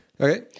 Okay